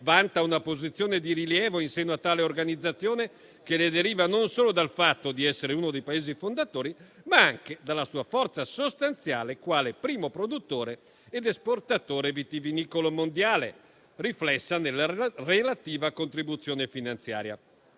vanta una posizione di rilievo in seno a tale organizzazione che le deriva non solo dal fatto di essere uno dei Paesi fondatori, ma anche dalla sua forza sostanziale quale primo produttore ed esportatore vitivinicolo mondiale, riflessa nella relativa contribuzione finanziaria.